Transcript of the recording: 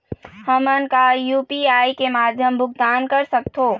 हमन का यू.पी.आई के माध्यम भुगतान कर सकथों?